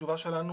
התשובה שלנו